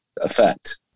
effect